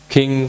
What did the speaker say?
King